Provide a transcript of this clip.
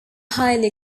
highly